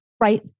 Right